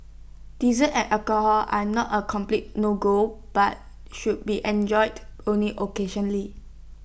desserts and alcohol are not A complete no go but should be enjoyed only occasionally